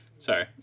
Sorry